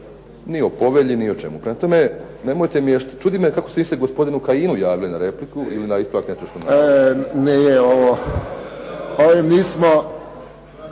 Ni o povelji, ni o čemu. Prema tome, nemojte miješati. Čudi me kako se niste gospodinu Kajinu javili na repliku ili na ispravak netočnog navoda.